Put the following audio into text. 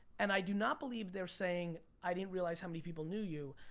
and i do not believe they're saying, i didn't realize how many people knew you.